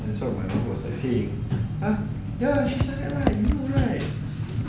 that's what my mum was texting ah ya she's like that right you know right